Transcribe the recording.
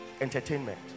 entertainment